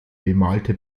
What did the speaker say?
bemalte